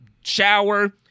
shower